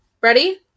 Ready